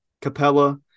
Capella